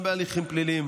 גם בהליכים פליליים